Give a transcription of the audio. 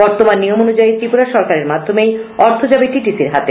বর্তমান নিয়ম অনুযায়ী ত্রিপুরা সরকারের মাধ্যমেই অর্থ যাবে টিটিসি র হাতে